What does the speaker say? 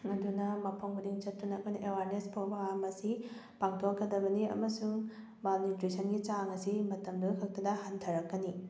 ꯑꯗꯨꯅ ꯃꯐꯝ ꯈꯨꯗꯤꯡ ꯆꯠꯇꯨꯅ ꯑꯩꯈꯣꯏꯅ ꯑꯋꯥꯔꯅꯦꯁ ꯄ꯭ꯔꯣꯒ꯭ꯔꯥꯝ ꯑꯁꯤ ꯄꯥꯡꯊꯣꯛꯀꯗꯕꯅꯤ ꯑꯃꯁꯨꯡ ꯃꯥꯜꯅ꯭ꯌꯨꯇ꯭ꯔꯤꯁꯟꯒꯤ ꯆꯥꯡ ꯑꯁꯤ ꯃꯇꯝꯗꯨ ꯈꯛꯇꯗ ꯍꯟꯊꯔꯛꯀꯅꯤ